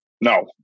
No